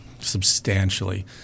substantially